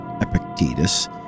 Epictetus